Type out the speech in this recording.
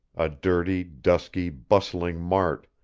a dirty, dusky, bustling mart,